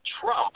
Trump